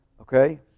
Okay